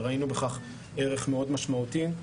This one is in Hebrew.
וראינו בכך ערך מאוד משמעותי.